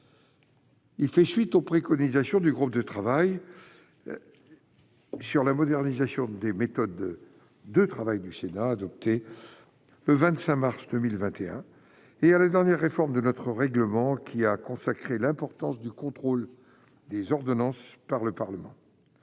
Il fait suite aux préconisations du groupe de travail sur la modernisation des méthodes de travail du Sénat a adopté le 25 mars 2021 et à la dernière réforme de notre règlement qui a consacré l'importance du contrôle des ordonnances par le Parlement